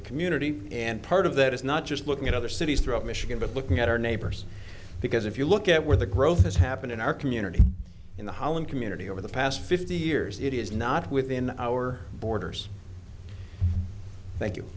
a community and part of that is not just looking at other cities throughout michigan but looking at our neighbors because if you look at where the growth has happened in our community in the holland community over the past fifty years it is not within our borders thank you